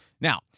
Now